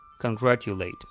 congratulate